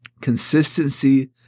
Consistency